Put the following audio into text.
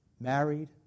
married